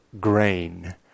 grain